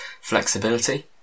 flexibility